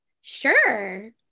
sure